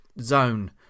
zone